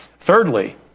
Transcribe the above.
Thirdly